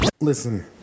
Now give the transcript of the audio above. Listen